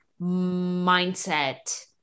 mindset